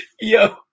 Yo